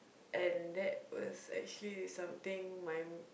and that was actually something mind